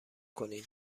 کنین